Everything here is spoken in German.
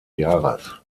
jahres